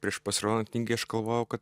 prieš pasirodant knygai aš galvojau kad